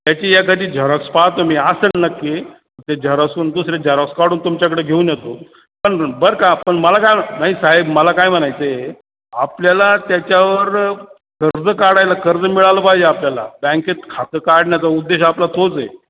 त्याची एखादी झरॉक्स पाहतो मी असेल नक्की ते झेरॉक्सहून दुसरे झरॉक्स काढून तुमच्याकडे घेऊन येतो पण बरं का पण मला काय नाही साहेब मला काय म्हणायचं आहे आपल्याला त्याच्यावर कर्ज काढायला कर्ज मिळालं पाहिजे आपल्याला बँकेत खातं काढण्याचा उद्देश आपला तोच आहे